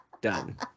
Done